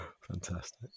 fantastic